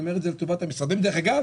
אני אומר את זה לטובת --- ודרך אגב,